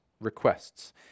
requests